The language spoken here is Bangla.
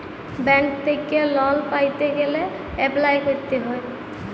ব্যাংক থ্যাইকে লল পাইতে গ্যালে এপ্লায় ক্যরতে হ্যয়